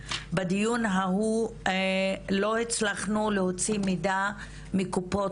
בדיון ההוא לא הצלחנו להוציא מידע מקופות